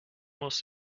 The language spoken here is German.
muss